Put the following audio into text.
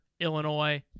Illinois